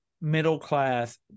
middle-class